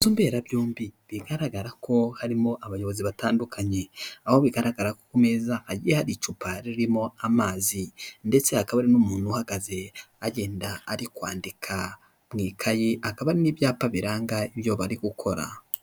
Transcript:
Inzu mbera byombi bigaragara ko harimo abayobozi batandukanye, aho bigaragara ko ku meza hagiye hari icupa ririmo amazi ndetse hakaba n'umuntu uhagaze agenda ari kwandika mu ikayi, hakaba hari n'ibyapa biranga ibyo bari gukora.